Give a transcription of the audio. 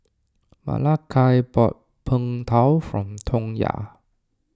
Malakai bought Png Tao for Tonya